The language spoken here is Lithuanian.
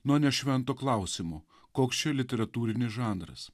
nuo nešvento klausimo koks čia literatūrinis žanras